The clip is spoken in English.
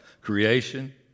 creation